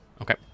okay